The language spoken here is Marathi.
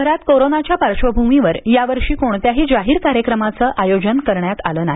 शहरात कोरोनाच्या पार्श्वभूमीवर या वर्षी कोणत्याही जाहीर कार्यक्रमाचं आयोजन करण्यात आलं नाही